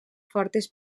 fortes